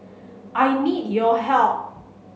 I need your help